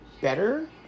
better